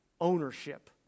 ownership